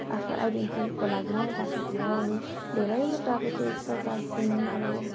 आफ्नो आइडेन्टटिटीको लागि नै राखेको हो अनि धेरैवटा अब त्यो एक सय पाँच दिन अब